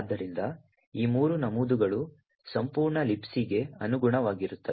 ಆದ್ದರಿಂದ ಈ ಮೂರು ನಮೂದುಗಳು ಸಂಪೂರ್ಣ Libc ಗೆ ಅನುಗುಣವಾಗಿರುತ್ತವೆ